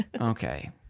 Okay